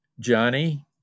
Johnny